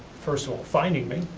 first of all finding me,